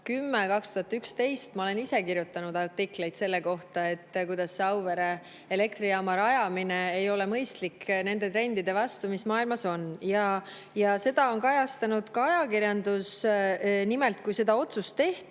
2010–2011 ma olen ise kirjutanud artikleid selle kohta, kuidas Auvere elektrijaama rajamine ei ole mõistlik nende trendide vastu, mis maailmas on. Ja seda on kajastanud ka ajakirjandus. Nimelt, kui tehti otsust selle